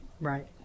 Right